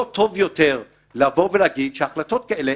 לא טוב יותר לבוא ולהגיד שהחלטות כאלה